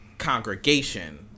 congregation